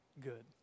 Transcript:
good